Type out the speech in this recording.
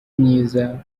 myiza